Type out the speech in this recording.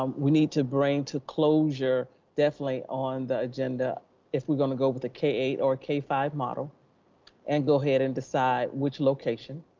um we need to bring to closure, definitely on the agenda if we're gonna go with a k eight or k five model and go ahead and decide which location